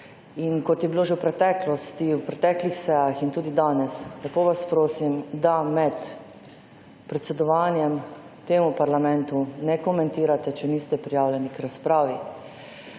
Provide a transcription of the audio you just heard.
In kot je bilo že v preteklosti, na preteklih sejah in tudi danes, vas lepo prosim, da med predsedovanjem temu parlamentu ne komentirate, če niste prijavljeni k razpravi,